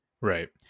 Right